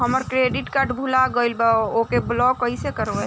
हमार credit card भुला गएल बा त ओके ब्लॉक कइसे करवाई?